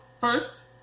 first